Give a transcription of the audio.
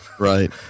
Right